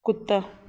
ਕੁੱਤਾ